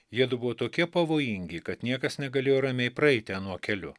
jiedu buvo tokie pavojingi kad niekas negalėjo ramiai praeiti anuo keliu